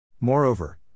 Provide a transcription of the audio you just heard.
Moreover